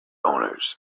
owners